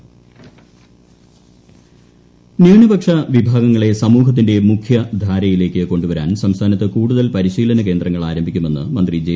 ന്യൂനപക്ഷ പരിശീലനം ന്യൂനപക്ഷ വിഭാഗങ്ങളെ സമൂഹത്തിന്റെ മുഖ്യധാരയിലേക്ക് കൊണ്ടുവരാൻ സംസ്ഥാനത്ത് കൂടുതിൽ പരിശീലനകേന്ദ്രങ്ങൾ ആരംഭിക്കുമെന്ന് മന്ത്രി ജെ